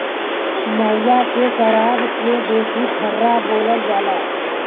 महुआ के सराब के देसी ठर्रा बोलल जाला